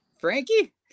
Frankie